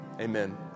Amen